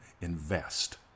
Invest